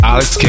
Alex